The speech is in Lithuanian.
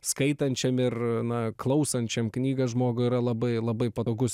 skaitančiam ir na klausančiam knygą žmogui yra labai labai patogus